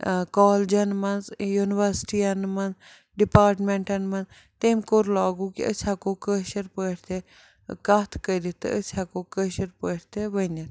کالجَن منٛز یونیورسِٹیَن منٛز ڈِپاٹمٮ۪نٛٹَن منٛز تٔمۍ کوٚر لاگوٗ کہِ أسۍ ہٮ۪کو کٲشٕر پٲٹھۍ تہِ کَتھ کٔرِتھ تہٕ أسۍ ہٮ۪کو کٲشٕر پٲٹھۍ تہِ ؤنِتھ